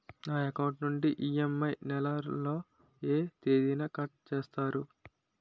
నా అకౌంట్ నుండి ఇ.ఎం.ఐ నెల లో ఏ తేదీన కట్ చేస్తారు?